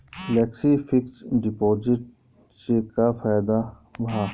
Flexi fix deposit से का फायदा भा?